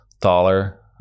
taller